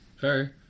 Sorry